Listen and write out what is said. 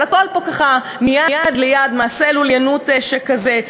אבל הכול פה ככה מיד ליד, מעשה לוליינות שכזה.